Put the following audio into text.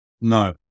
No